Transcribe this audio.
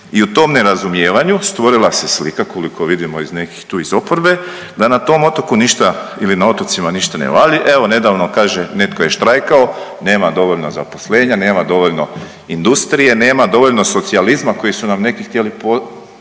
I u tom nerazumijevanju stvorila se slika koliko vidimo iz nekih tu iz oporbe da na tom otoku ništa ili na otocima ništa ne valja. Evo nedavno kaže netko je štrajkao nema dovoljno zaposlenja, nema dovoljno industrije, nema dovoljno socijalizma koji su nam neki htjeli, neki